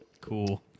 Cool